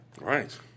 Right